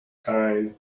time